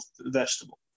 vegetable